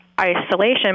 isolation